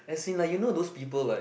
as in like you know those people like